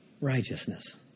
Righteousness